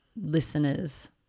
listeners